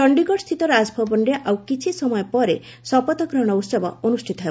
ଚଣ୍ଡୀଗଡ଼ସ୍ଥିତ ରାଜଭବନରେ ଆଉ କିଛି ସମୟ ପରେ ଶପଥ ଗ୍ରହଣ ଉତ୍ସବ ଅନ୍ଦୁଷ୍ଠିତ ହେବ